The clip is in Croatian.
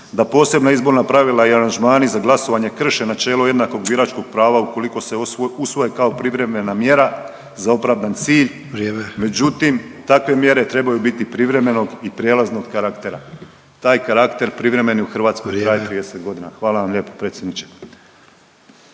da posebna izborna pravila i aranžmani za glasovanje krše načelo jednakog biračkog prava ukoliko se usvoje kao privremena mjera za opravdan cilj. …/Upadica Ante Sanader: Vrijeme./… Međutim, takve mjere trebaju biti privremenog i prijelaznog karaktera. Taj karakter privremeni u Hrvatskoj …/Upadica Ante Sanader: Vrijeme./… traje 30 godina. Hvala vam lijepo predsjedniče.